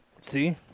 See